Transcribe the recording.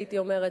הייתי אומרת,